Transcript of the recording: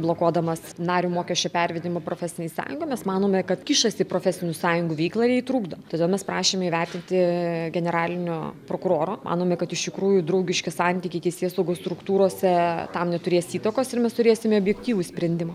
blokuodamas nario mokesčio pervedimą profesinei sąjungai mes manome kad kišasi į profesinių sąjungų veiklą jai trukdo todėl mes prašėme įvertinti generalinio prokuroro manome kad iš tikrųjų draugiški santykiai teisėsaugos struktūrose tam neturės įtakos ir mes turėsime objektyvų sprendimą